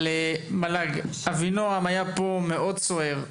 מל"ג, אבינעם היה פה מאוד סוער.